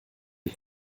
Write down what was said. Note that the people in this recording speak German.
die